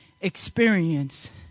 experience